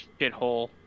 shithole